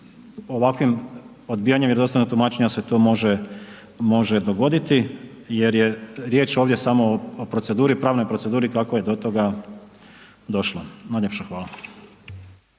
ovakvim odbijanjem vjerodostojnog tumačenja se to može dogoditi jer je riječ samo o proceduri, pravnoj proceduri kako je do toga došlo. Najljepša hvala.